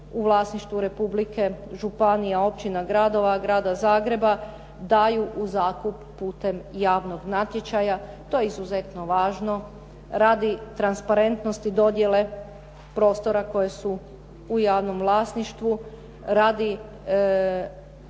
u vlasništvu Republike, županija, općina, gradova, Grada Zagreba daju u zakup putem javnog natječaja. To je izuzetno važno radi transparentnosti dodjele prostora koji su u javnom vlasništvu radi